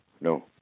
no